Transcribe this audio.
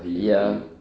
ya